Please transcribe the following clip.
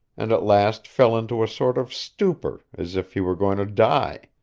and at last fell into a sort of stupor as if he were going to die.